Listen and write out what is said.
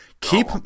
Keep